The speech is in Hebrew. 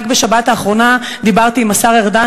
רק בשבת האחרונה דיברתי עם השר ארדן,